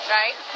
right